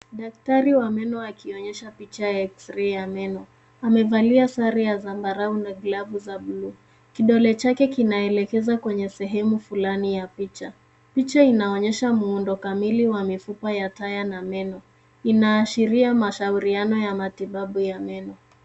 Daktari wa meno akionyesha picha ya x-ray ya meno. Amevalia sare ya zambarau na glovu za blue .Kidole chake kinaelekeza kwenye sehemu fulani ya picha. Picha inaonyesha muundo kamili wa mifupa ya taya na meno. Inaashiria mashauriano ya matibabu ya meno.